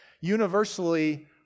universally